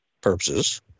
purposes